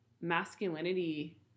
masculinity